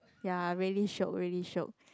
ya really shiok really shiok